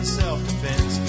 self-defense